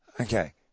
Okay